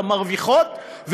המרוויחות,